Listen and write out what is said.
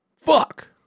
Fuck